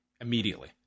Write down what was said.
immediately